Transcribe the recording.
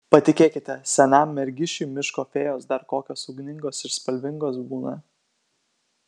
patikėkite senam mergišiui miško fėjos dar kokios ugningos ir spalvingos būna